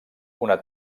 una